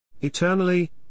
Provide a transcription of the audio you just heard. Eternally